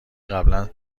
قبلا